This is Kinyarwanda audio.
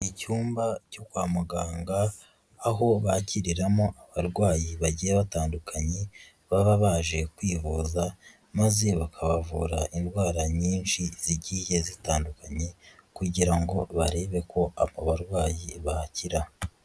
Icyumba cyo kwa muganga aho bakiriramo abarwayi bagiye batandukanye baba baje kwivuza maze bakabavura indwara nyinshi zigiye zitandukanye kugira ngo barebe ko abo barwayi bakira.